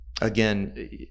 Again